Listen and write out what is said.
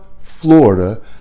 Florida